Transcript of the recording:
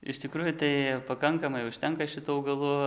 iš tikrųjų tai pakankamai užtenka šitų augalų